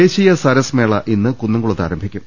ദേശീയ സരസ് മേള ഇന്ന് കുന്നംകുളത്ത് ആരംഭിക്കും